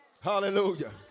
hallelujah